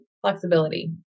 flexibility